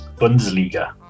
Bundesliga